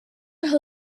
her